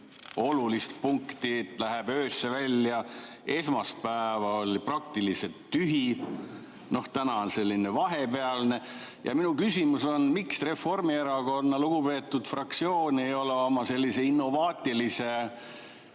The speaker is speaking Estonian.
olulist punkti, läheb öösse välja, esmaspäev oli praktiliselt tühi, täna on selline vahepealne. Minu küsimus on: miks Reformierakonna lugupeetud fraktsioon ei tulnud oma sellise innovaatilise,